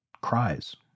cries